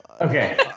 Okay